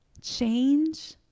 change